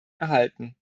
erhalten